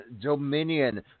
Dominion